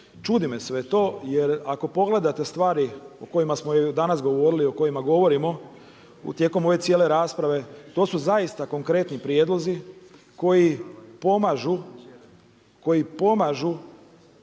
Čudi me sve to, jer ako pogledate stvari o kojima smo danas govorili i o kojima govorimo u tijekom ove cijele rasprave, to su zaista konkretni prijedlozi koji pomažu,